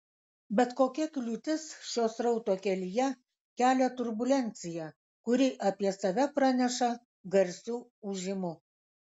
bet kokia kliūtis šio srauto kelyje kelia turbulenciją kuri apie save praneša garsiu ūžimu